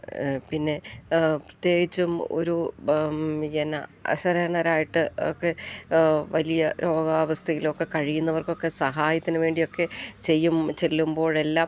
പിന്നെ പ്രത്യേകിച്ചും ഒരു എന്താണ് അശരണരായിട്ടുമൊക്കെ വലിയ രോഗാവസ്ഥയിലൊക്കെ കഴിയുന്നവർക്കൊക്കെ സഹായത്തിന് വേണ്ടിയൊക്കെ ചെല്ലുമ്പോഴെല്ലാം